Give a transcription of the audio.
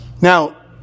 Now